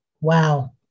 Wow